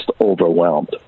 overwhelmed